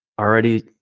already